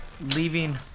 leaving